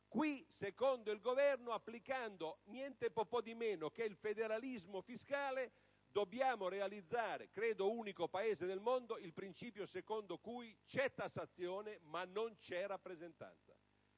Qui, secondo il Governo, applicando nientemeno che il federalismo fiscale, dobbiamo realizzare, credo unico Paese al mondo, il principio secondo cui c'è tassazione ma non c'è rappresentanza.